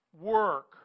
work